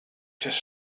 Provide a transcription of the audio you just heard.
just